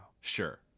Sure